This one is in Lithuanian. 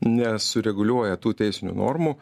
nesureguliuoja tų teisinių normų